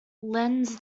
lends